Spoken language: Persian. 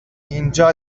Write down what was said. اینجا